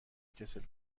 کسل